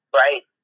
right